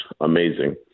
amazing